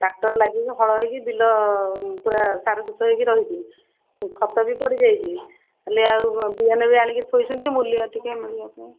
tractor ଲାଗିକି ହଳ ହେଇକି ବିଲ ପୁରା ସାର ଯୁକ୍ତ ହେଇକି ରହିଛି ଖତ ବି ପଡ଼ିଯାଇଛି ହେଲେ ଆଉ ବିହନ ଏବେ ଆଣିକି ଥୋଇଛନ୍ତି କିନ୍ତୁ ମୁଲିଆ ଟିକିଏ ମିଳିବା ପାଇଁ